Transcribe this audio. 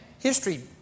history